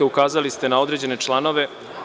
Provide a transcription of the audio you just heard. Ukazali ste na određene članove.